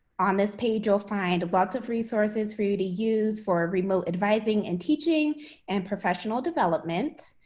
on this page, you'll find lots of resources for you to use for remote advising and teaching and professional development.